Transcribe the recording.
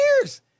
years